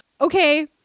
okay